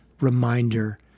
reminder